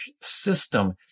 system